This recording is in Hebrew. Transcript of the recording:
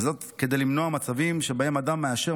וזאת כדי למנוע מצבים שבהם אדם מאשר